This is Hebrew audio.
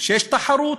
שיש תחרות: